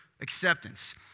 Acceptance